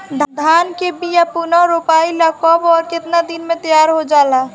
धान के बिया पुनः रोपाई ला कब और केतना दिन में तैयार होजाला?